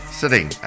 sitting